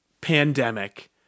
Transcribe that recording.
pandemic